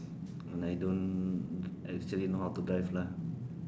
I don't actually know how to drive lah